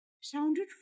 sounded